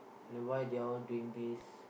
then why they all doing this